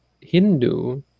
Hindu